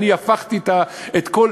אני הפכתי את כל,